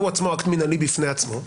והוא עצמו אקט מינהלי בפני עצמו,